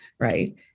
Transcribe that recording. right